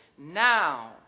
now